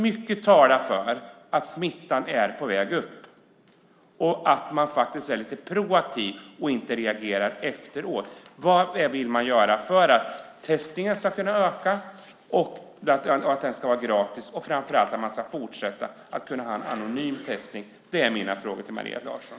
Mycket talar för att smittan är på väg upp, och då måste man vara lite proaktiv i stället för att reagera efteråt. Vad vill man göra för att testningarna ska kunna öka, för att de ska vara gratis och framför allt för att testningen fortsatt ska kunna vara anonym? Det är mina frågor till Maria Larsson.